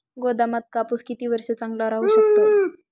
गोदामात कापूस किती वर्ष चांगला राहू शकतो?